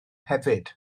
hefyd